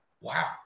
Wow